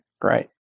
Great